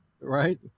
Right